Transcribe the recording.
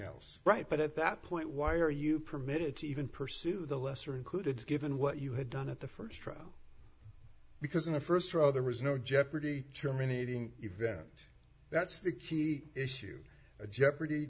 else right but at that point why are you permitted to even pursue the lesser included given what you had done at the st trial because in the st row there was no jeopardy terminating event that's the key issue a jeopardy